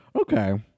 Okay